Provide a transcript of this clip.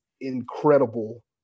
incredible